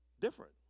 Different